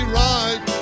right